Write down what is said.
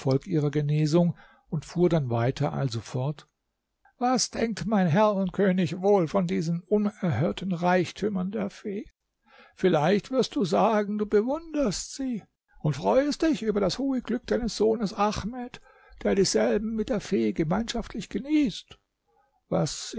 ihrer genesung und fuhr dann weiter also fort was denkt mein herr und könig wohl von diesen unerhörten reichtümern der fee vielleicht wirst du sagen du bewunderst sie und freuest dich über das hohe glück deines sohnes ahmed der dieselben mit der fee gemeinschaftlich genießt was